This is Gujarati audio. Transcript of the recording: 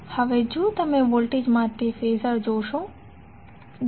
હવે જો તમે વોલ્ટેજ માટે ફેઝર જોશો તો